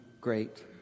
great